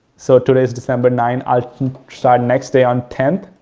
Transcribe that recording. so, today's december nine, i'll start next day on tenth,